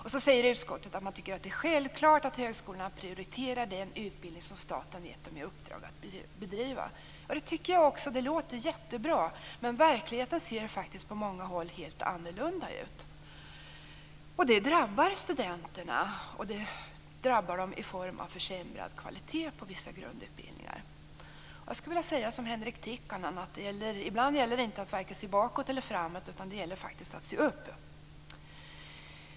Sedan säger utskottet att man tycker att det självklart att högskolorna prioriterar den utbildning som staten gett dem i uppdrag att bedriva. Det tycker jag också. Det låter jättebra, men verkligheten ser faktiskt helt annorlunda ut på många håll. Det drabbar studenterna i form av försämrad kvalitet på vissa grundutbildningar. Jag skulle vilja säga som Henrik Tikkanen: Ibland gäller det inte att varken se bakåt eller framåt, utan det gäller faktiskt att se upp.